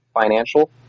financial